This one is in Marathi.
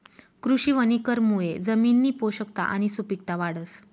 कृषी वनीकरणमुये जमिननी पोषकता आणि सुपिकता वाढस